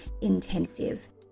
intensive